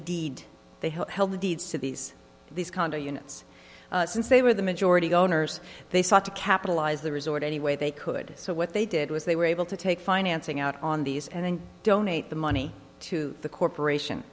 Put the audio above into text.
deed they held the deeds to these these condo units since they were the majority owners they sought to capitalize the resort any way they could so what they did was they were able to take financing out on these and then donate the money to the corporation